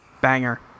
Banger